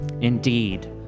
Indeed